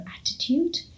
attitude